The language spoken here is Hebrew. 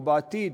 או בעתיד